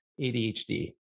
ADHD